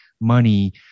money